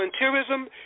volunteerism